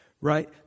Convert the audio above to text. right